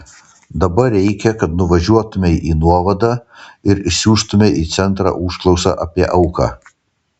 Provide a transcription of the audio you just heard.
dabar reikia kad nuvažiuotumei į nuovadą ir išsiųstumei į centrą užklausą apie auką